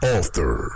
Author